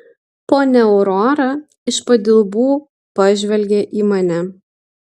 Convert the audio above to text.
ponia aurora iš padilbų pažvelgė į mane